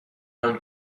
own